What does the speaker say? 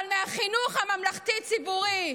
אבל מהחינוך הממלכתי-ציבורי,